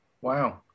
wow